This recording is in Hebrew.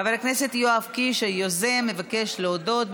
חבר הכנסת יואב קיש היוזם מבקש להודות.